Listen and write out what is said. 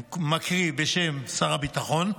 אני קורא בשם שר הביטחון,